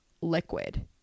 liquid